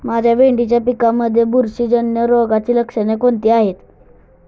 माझ्या भेंडीच्या पिकामध्ये बुरशीजन्य रोगाची लक्षणे कोणती आहेत?